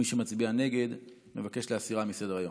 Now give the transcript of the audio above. מי שמצביע נגד מבקש להסירה מסדר-היום.